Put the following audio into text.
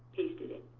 paste it in.